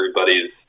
everybody's